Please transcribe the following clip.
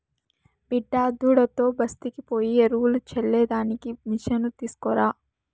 బిడ్డాదుడ్డుతో బస్తీకి పోయి ఎరువులు చల్లే దానికి మిసను తీస్కరా